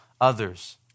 others